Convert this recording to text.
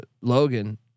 Logan